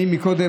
אני עליתי קודם,